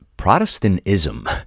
Protestantism